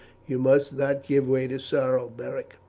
you must not give way to sorrow, beric.